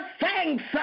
thanks